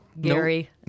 Gary